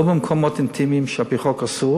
לא במקומות אינטימיים, שם על-פי חוק אסור,